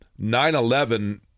9-11